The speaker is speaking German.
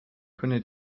könne